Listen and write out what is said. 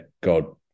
God